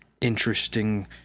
interesting